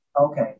Okay